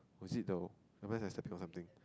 was it though I remember its like stepped on something